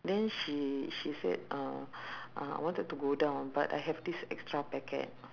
then she she said uh uh I wanted to go down but I have this extra packet